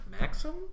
Maxim